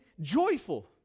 joyful